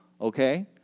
okay